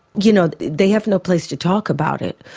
you know they have no place to talk about it,